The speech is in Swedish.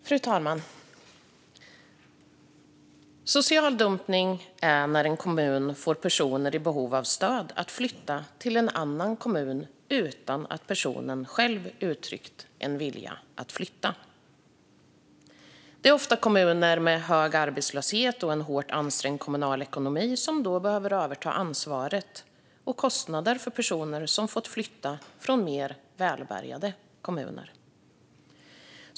Fru talman! Social dumpning sker när en kommun får personer i behov av stöd att flytta till en annan kommun utan att personerna själva uttryckt en vilja att flytta. Det är ofta kommuner med hög arbetslöshet och en hårt ansträngd ekonomi som behöver överta ansvar och kostnader för personer som fått flytta från mer välbärgade kommuner.